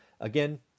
Again